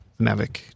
Mavic